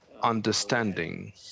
understanding